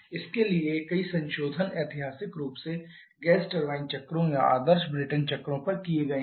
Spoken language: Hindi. इसके लिए कई संशोधन ऐतिहासिक रूप से गैस टरबाइन चक्रों या आदर्श ब्रेटन चक्रों पर किए गए हैं